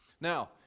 Now